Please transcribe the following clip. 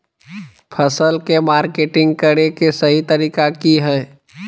फसल के मार्केटिंग करें कि सही तरीका की हय?